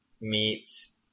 meets